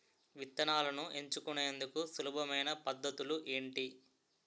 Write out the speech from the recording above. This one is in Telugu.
విత్తనాలను ఎంచుకునేందుకు సులభమైన పద్ధతులు ఏంటి?